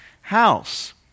house